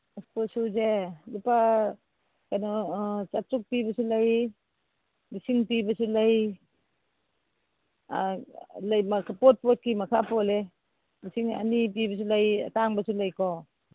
sport ꯁꯨꯁꯦ ꯂꯨꯄꯥ ꯀꯩꯅꯣ ꯆꯥꯇ꯭ꯔꯨꯛ ꯄꯤꯕꯁꯨ ꯂꯩ ꯂꯤꯁꯤꯡ ꯄꯤꯕꯁꯨ ꯂꯩ ꯄꯣꯠ ꯄꯣꯠꯀꯤ ꯃꯈꯥ ꯄꯣꯜꯂꯦ ꯂꯤꯁꯤꯡ ꯑꯅꯤ ꯄꯤꯕꯁꯨ ꯂꯩ ꯑꯇꯥꯡꯕꯁꯨ ꯂꯩꯀꯣ